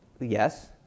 Yes